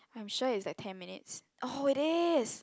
I'm sure it's like ten minutes oh it is